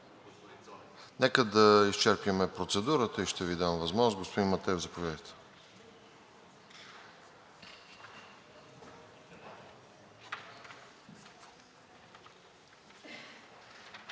Нека да изчерпим процедурата и ще Ви дам възможност. Господин Матеев, заповядайте.